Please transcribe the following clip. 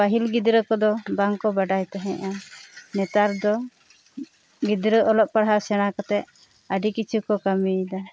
ᱯᱟᱹᱦᱤᱞ ᱜᱤᱫᱽᱨᱟᱹ ᱠᱚᱫᱚ ᱵᱟᱝ ᱠᱚ ᱵᱟᱰᱟᱭ ᱛᱟᱦᱮᱸᱜᱼᱟ ᱱᱮᱛᱟᱨ ᱫᱚ ᱜᱤᱫᱽᱨᱟᱹ ᱚᱞᱚᱜ ᱯᱟᱲᱦᱟᱣ ᱥᱮᱬᱟ ᱠᱟᱛᱮᱜ ᱟᱹᱰᱤ ᱠᱤᱪᱷᱩ ᱠᱚ ᱠᱟᱹᱢᱤᱭᱮᱫᱟ